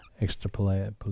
extrapolate